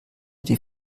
die